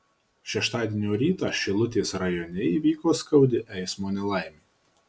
šeštadienio rytą šilutės rajone įvyko skaudi eismo nelaimė